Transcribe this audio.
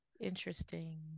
Interesting